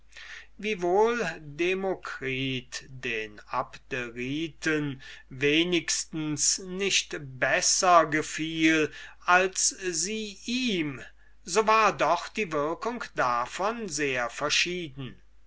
demokritus den abderiten wenigstens eben so wenig gefiel als sie ihm so war doch die wirkung davon sehr verschieden